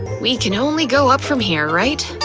we can only go up from here, right?